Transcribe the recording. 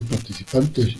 participantes